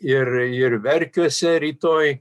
ir ir verkiuose rytoj